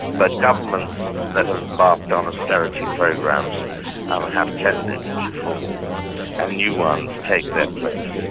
but governments that have embarked on austerity programs have tended to fall and new ones take their place.